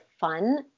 fun